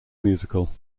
musical